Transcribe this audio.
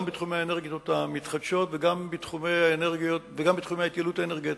גם בתחומי האנרגיות המתחדשות וגם בתחומי ההתייעלות האנרגטית.